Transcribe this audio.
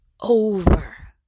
over